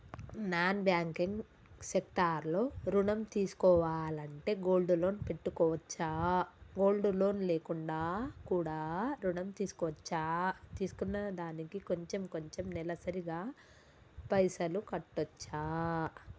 Non banking sector లో ఋణం తీసుకోవాలంటే గోల్డ్ లోన్ పెట్టుకోవచ్చా? గోల్డ్ లోన్ లేకుండా కూడా ఋణం తీసుకోవచ్చా? తీసుకున్న దానికి కొంచెం కొంచెం నెలసరి గా పైసలు కట్టొచ్చా?